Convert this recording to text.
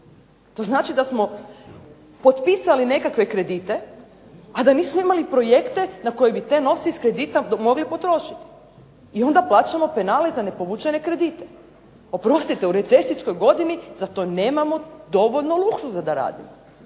To znači da smo potpisali neke kredite a da nismo imali projekte na koje bi te novce iz kredita mogli potrošiti. Onda plaćamo penale za ne povučene kredite. Oprostite, u recesijskoj godini za to nemamo dovoljno luksuza da radimo